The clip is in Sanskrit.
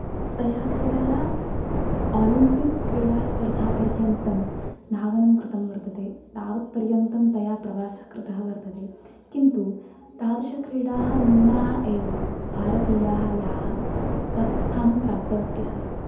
तया क्रीडया ओलम्पिक् क्रीडास्पर्धा पर्यन्तं धावनं कृतं वर्तते तावत् पर्यन्तं तया प्रवासः कृतः वर्तते किन्तु तादृशक्रीडाः न्यूनाः एव भारतीयाः याः तत्स्थानं प्राप्तवत्यः